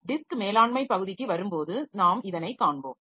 disk மேலாண்மை பகுதிக்கு வரும்போது நாம் இதனை காண்போம்